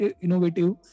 innovative